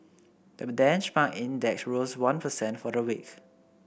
the benchmark index rose one per cent for the week